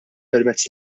permezz